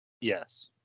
Yes